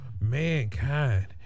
mankind